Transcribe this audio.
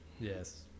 Yes